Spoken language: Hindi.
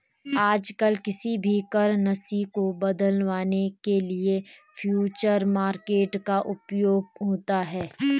आजकल किसी भी करन्सी को बदलवाने के लिये फ्यूचर मार्केट का उपयोग होता है